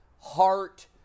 heart